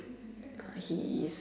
he is